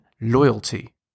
loyalty